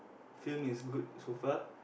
film is good so far